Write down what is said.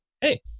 hey